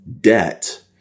debt